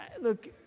Look